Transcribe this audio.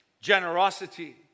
generosity